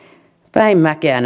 päin mäkeä